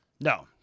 No